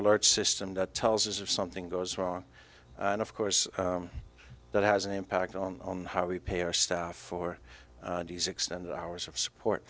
lert system that tells us of something goes wrong and of course that has an impact on how we pay our staff for these extended hours of support